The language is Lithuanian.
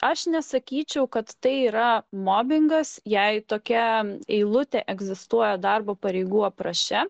aš nesakyčiau kad tai yra mobingas jei tokia eilutė egzistuoja darbo pareigų apraše